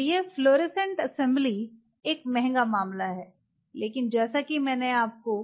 तो यह fluorescent assembly एक महंगा मामला है लेकिन जैसा कि मैंने आपको